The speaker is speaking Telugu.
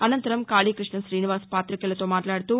అనంతరం కాళీకృష్ణ ఠీనివాస్ పాతికేయులతో మాట్లాడుతూ